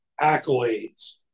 accolades